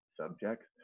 subjects